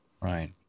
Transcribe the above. Right